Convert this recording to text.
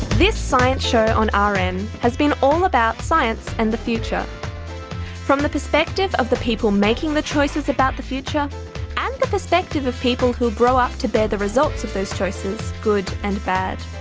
this science show on rn and has been all about science and the future from the perspective of the people making the choices about the future and the perspective of people who will grow up to bear the results of those choices, good and bad.